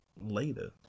later